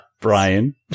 Brian